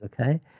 Okay